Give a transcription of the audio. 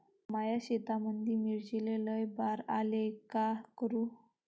माया शेतामंदी मिर्चीले लई बार यायले का करू?